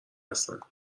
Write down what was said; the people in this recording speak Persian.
هستن